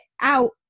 out